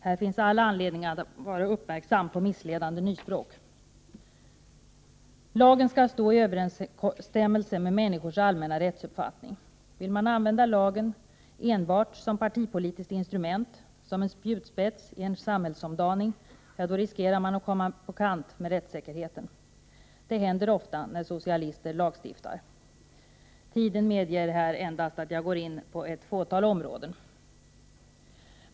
Här finns all anledning att vara uppmärksam på missledande nyspråk. Lagen skall stå i överensstämmelse med människors allmänna rättsuppfattning. Vill man använda lagen enbart som partipolitiskt instrument, som en spjutspets i en samhällsomdaning, då riskerar man att komma på kant med rättssäkerheten. Det händer ofta när socialister lagstiftar. Tiden medger inte att jag berör mer än ett fåtal områden.